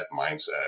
mindset